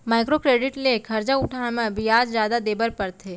micro credit ले खरजा उठाए म बियाज जादा देबर परथे